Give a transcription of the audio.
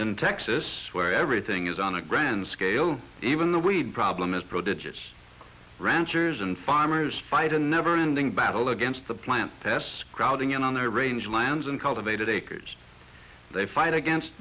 in texas where everything is on a grand scale even the weed problem is protarchus ranchers and farmers fight a never ending battle against the plant tests crowding in on the range mines and cultivated acres they fight against